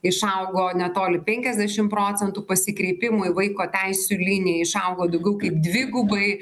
išaugo netoli penkiasdešim procentų pasikreipimų į vaiko teisių liniją išaugo daugiau kaip dvigubai